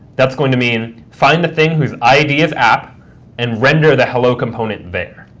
that's going to mean find the thing whose id is app and render the hello component there.